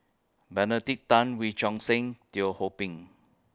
Benedict Tan Wee Choon Seng Teo Ho Pin